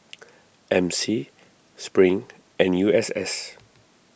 M C Spring and U S S